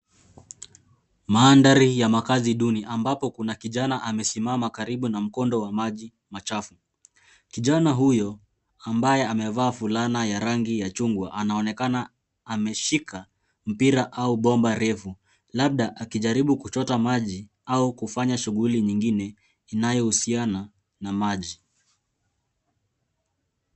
Mandhari ya makazi duni ambapo kuna kijana amesimama karibu na mkondo wa maji machafu. Kijana huyo ambaye amevaa fulana ya rangi ya chungwa anaonekana ameshika mpira au bomba refu labda akijaribu kuchota maji au kufanya shughuli nyingine inayohusiana na maji.